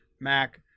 Mac